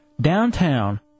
Downtown